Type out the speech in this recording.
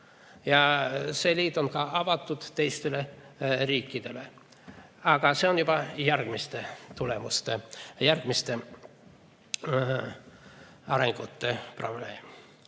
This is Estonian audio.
See liit on avatud ka teistele riikidele. Aga see on juba järgmiste tulemuste, järgmiste arengute probleem. Niisiis,